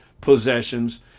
possessions